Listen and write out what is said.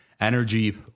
energy